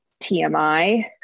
TMI